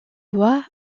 voie